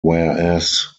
whereas